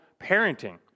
parenting